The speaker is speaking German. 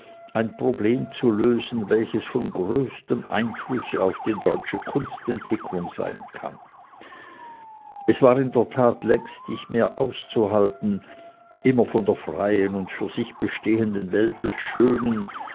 ein problem zu lösen welches von größtem einflusse auf die deutsche kunstentwicklung sein kann es war in der tat längst nicht mehr auszuhalten immer von der freien und für sich bestehenden welt des schönen